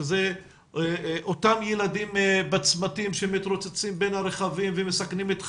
שזה אותם ילדים בצמתים שמתרוצצים בין הרכבים ומסכנים את חייהם.